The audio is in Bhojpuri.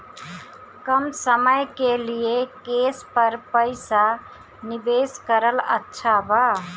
कम समय के लिए केस पर पईसा निवेश करल अच्छा बा?